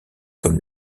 comme